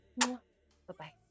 bye-bye